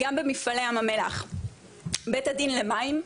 גם במפעלי ים המלח, בית הדין למים,